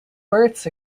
births